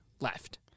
left